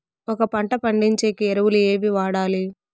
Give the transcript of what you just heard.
ఒక పంట పండించేకి ఎరువులు ఏవి వాడాలి?